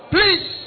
Please